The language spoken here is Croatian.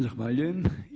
Zahvaljujem.